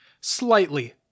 Slightly